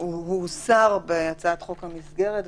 הוא הוסר בהצעת חוק המסגרת,